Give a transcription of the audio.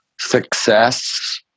success